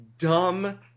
dumb